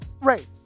right